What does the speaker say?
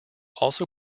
also